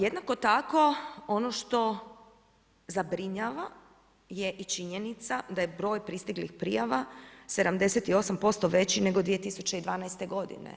Jednako tako ono što zabrinjava je i činjenica da je broj pristiglih prijava 78% veći nego 2012. godine.